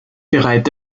bereit